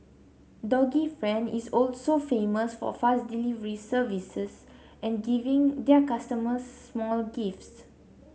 doggy friend is also famous for fast delivery services and giving their customers small gifts